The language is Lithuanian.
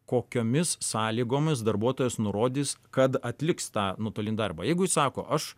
kokiomis sąlygomis darbuotojas nurodys kad atliks tą nutolinti darbą jeigu jis sako aš